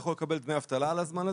הוא יכול לקבל דמי אבטלה על הזמן הזה.